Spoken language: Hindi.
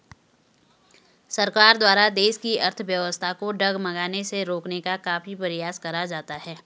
सरकार द्वारा देश की अर्थव्यवस्था को डगमगाने से रोकने का काफी प्रयास करा जाता है